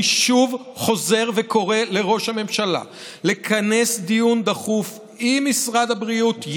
אני שוב חוזר וקורא לראש הממשלה לכנס דיון דחוף עם משרד הבריאות,